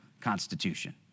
Constitution